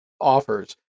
offers